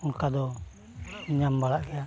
ᱚᱱᱠᱟ ᱫᱚ ᱧᱟᱢ ᱵᱟᱲᱟᱜ ᱜᱮᱭᱟ